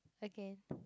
again